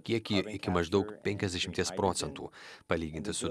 kiekį iki maždaug penkiasdešimties procentų palyginti su